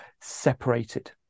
separated